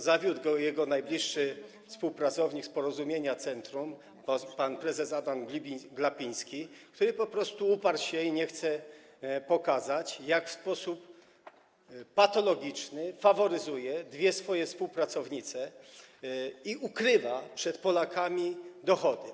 Zawiódł go jego najbliższy współpracownik z Porozumienia Centrum - pan prezes Adam Glapiński, który po prostu uparł się i nie chce pokazać, jak w sposób patologiczny faworyzuje dwie swoje współpracownice i ukrywa przed Polakami dochody.